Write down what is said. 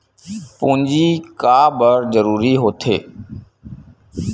पूंजी का बार जरूरी हो थे?